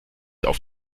auf